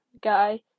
guy